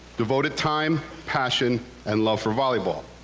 devoted time, passion and love for volleyball.